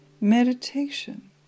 Meditation